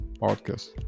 podcast